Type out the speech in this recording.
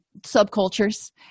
subcultures